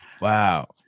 Wow